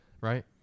Right